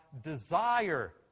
desire